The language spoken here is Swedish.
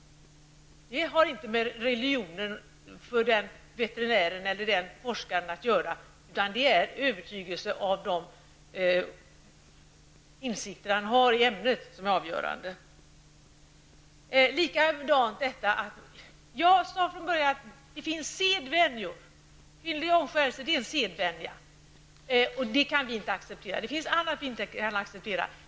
Det har inte med veterinärens eller forskarens religion att göra, utan det är hans insikt i ämnet som är avgörande. Jag sade tidigare att det finns sedvänjor. Kvinnlig omskärelse är en sedvänja som vi inte kan acceptera, och det finns andra sedvänjor vi inte heller kan acceptera.